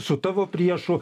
su tavo priešu